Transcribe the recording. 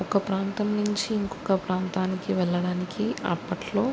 ఒక ప్రాంతం నుంచి ఇంకొక ప్రాంతానికి వెళ్ళడానికి అప్పట్లో